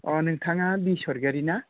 अह नोंथाङा बि सरग'यारि ना